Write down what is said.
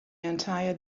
entire